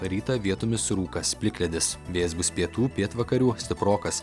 rytą vietomis rūkas plikledis vėjas bus pietų pietvakarių stiprokas